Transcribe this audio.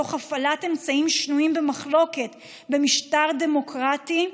ותוך הפעלת אמצעים שנויים במחלוקת במשטר דמוקרטי,